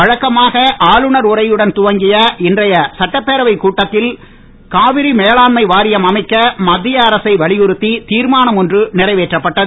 வழக்கமான ஆளுநர் உரையுடன் துவங்கிய இன்றைய சட்டப்பேரவைக் கூட்டத்தில் காவிரி மேலாண்மை வாரியம் அமைக்க மத்திய அரசை வலியுறுத்தி திர்மானம் ஒன்று நிறைவேற்றப்பட்டது